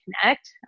connect